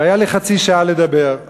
והיה לי חצי שעה לדבר.